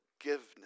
forgiveness